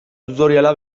tutoriala